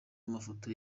amafoto